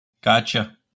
Gotcha